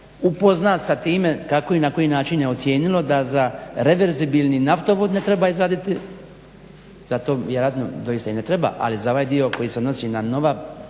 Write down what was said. upozna sa time kako i na koji način je ocijenilo da za reverzibilni naftovod ne treba izraditi, zato vjerojatno doista i ne treba ali za ovaj dio koji se odnosi na nove